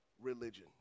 religion